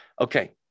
Okay